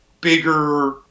bigger